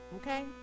okay